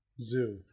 zoo